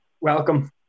Welcome